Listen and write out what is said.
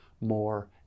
more